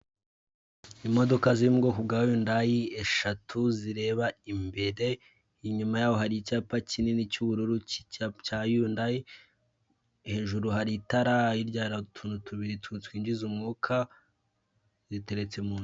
Ni igikamyo cyikoreye imizigo, cyangwa se gishobora kuba cyikoreye umucanga, ariko ikaba itwikiriwe hejuru ikamyo, iri kugenda mu muhanda rwagati, muri kaburimbo, ari yonyine. Iburyo n'ibumoso hari inzira z'abanyamaguru.